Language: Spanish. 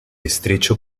estrecho